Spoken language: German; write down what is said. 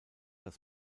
das